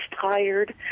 tired